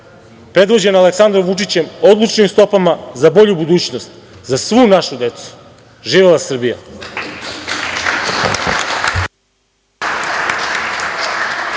predvođena Aleksandrom Vučićem, odlučnim stopama za bolju budućnost za svu našu decu. Živela Srbija!